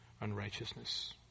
unrighteousness